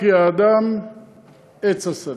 "כי האדם עץ השדה".